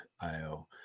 io